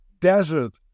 desert